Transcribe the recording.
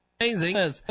Amazing